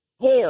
hair